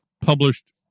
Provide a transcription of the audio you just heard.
published